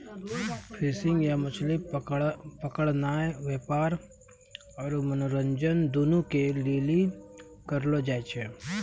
fishing या मछली पकड़नाय व्यापार आरु मनोरंजन दुनू के लेली करलो जाय छै